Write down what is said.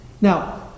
Now